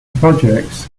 projects